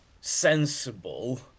sensible